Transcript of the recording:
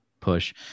push